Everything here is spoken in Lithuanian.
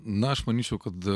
na aš manyčiau kad